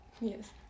Yes